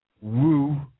woo